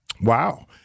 Wow